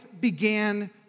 began